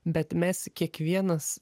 bet mes kiekvienas